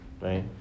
right